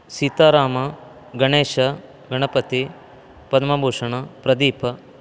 सीतारामः गणेशः गणपतिः पद्मभूषणः प्रदीपः